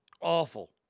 Awful